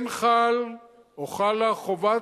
כן חלה חובת